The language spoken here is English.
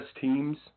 teams